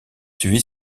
suivi